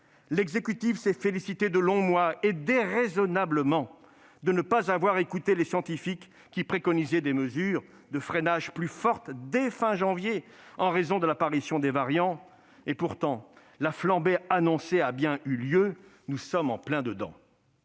L'exécutif s'est félicité pendant de longs mois, déraisonnablement, de ne pas avoir écouté les scientifiques, qui préconisaient des mesures de freinage plus fortes dès la fin de janvier en raison de l'apparition des variants. Pourtant, la flambée annoncée a bien eu lieu : nous sommes en plein dedans